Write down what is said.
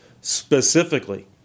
specifically